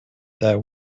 that